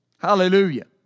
Hallelujah